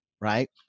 right